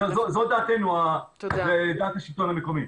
זו דעת השלטון המקומי.